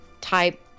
type